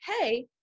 Hey